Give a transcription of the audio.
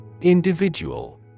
Individual